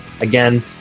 Again